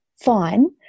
fine